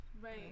Right